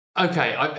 Okay